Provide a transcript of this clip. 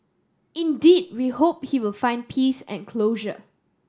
indeed we hope he will find peace and closure